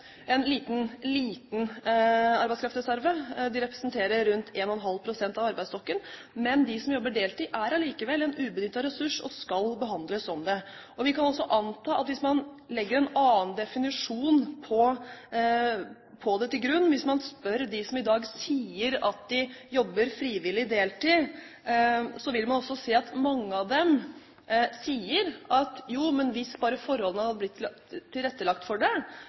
en arbeidskraftig reserve, en liten arbeidskraftig reserve. De representerer rundt 1,5 pst. av arbeidsstokken, men de som jobber deltid, er allikevel en ubenyttet ressurs og skal behandles som det. Vi kan også anta at hvis man her legger en annen definisjon til grunn – hvis man spør dem som i dag sier at de jobber frivillig deltid – vil man også se at mange av dem sier at jo, hvis bare forholdene hadde blitt tilrettelagt for det,